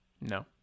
No